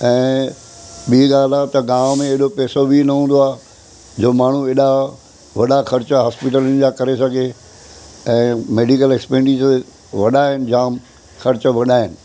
ऐं ॿी ॻाल्हि आहे त गांव में ऐॾो पैसो बि न हूंदो आहे जो माण्हू ऐॾा वॾा ख़र्च हॉस्पीटलुनि जा करे सघे ऐं मेडिकल एक्सपेंडीचर्स वॾा आहिनि जामु ख़र्च वॾा आहिनि